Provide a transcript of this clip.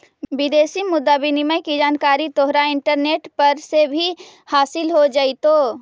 विदेशी मुद्रा विनिमय की जानकारी तोहरा इंटरनेट पर से भी हासील हो जाइतो